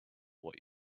what